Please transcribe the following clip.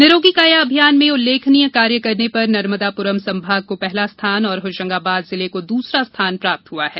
निरोगी काया अभियान में उल्लेखनीय कार्य करने पर नर्मदापुरम संभाग को पहला स्थान और होशंगाबाद जिले को दूसरा स्थान प्राप्त हुआ है